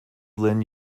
lend